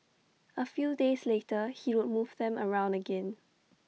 A few days later he would move them around again